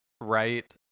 right